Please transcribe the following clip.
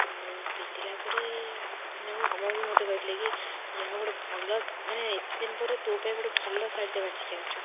ଆଉ ପିନ୍ଧିଲା ପରେ ମୋ ମାମା ବି ମୋତେ କହିଥିଲେ କି ଯାହା ହେଉ ଗୋଟେ ଭଲ ମାନେ ଏତେ ଦିନ ପରେ ତୋ ପାଇଁ ଗୋଟେ ଭଲ ଶାଢ଼ୀ ଟେ ବାଛିକି ଆଣିଛୁ